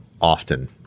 often